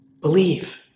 believe